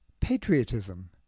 patriotism